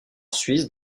suisse